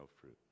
fruit